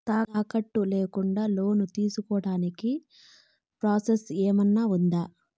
తాకట్టు లేకుండా లోను తీసుకోడానికి ప్రాసెస్ ఏమన్నా ఉందా?